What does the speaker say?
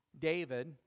David